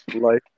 Life